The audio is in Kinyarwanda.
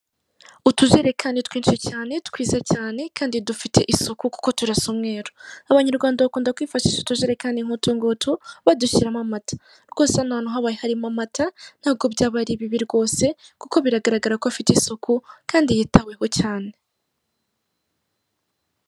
Utujerekani twinshi cyane twiza cyane kandi dufite isuku kuko turasa umweru, abanyarwanda bakunda kwifashisha utujerekani nk'utu ngutu badushyiramo amata, rwose hano hantu habaye harimo amata ntabwo byaba ari bibi rwose kuko biragaragara ko afite isuku kandi yitaweho cyane.